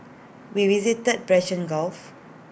we visited the Persian gulf